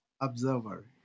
observer